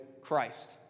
Christ